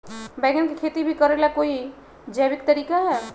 बैंगन के खेती भी करे ला का कोई जैविक तरीका है?